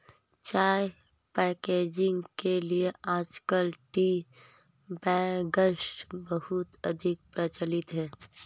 चाय पैकेजिंग के लिए आजकल टी बैग्स बहुत अधिक प्रचलित है